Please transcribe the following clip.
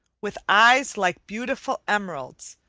with eyes like beautiful emeralds,